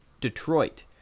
Detroit